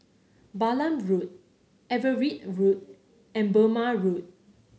Balam Road Everitt Road and Burmah Road